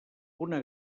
una